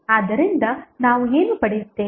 ಆದ್ದರಿಂದ ನಾವು ಏನು ಪಡೆಯುತ್ತೇವೆ